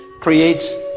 creates